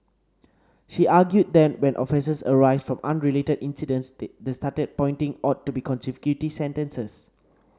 she argued that when offences arise from unrelated incidents the the starting pointing ought to be consecutive sentences